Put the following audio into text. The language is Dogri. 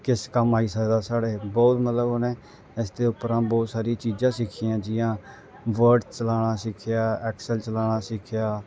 किस कम्म आई सकदा साढ़े बौह्त मतलब उ'नें इसदे उप्परा बौह्त सारियां चीजां सिक्खियां जि'यां वर्ड़ चलाना सिक्खेआ ऐक्सल चलाना सिक्खेआ